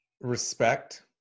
respect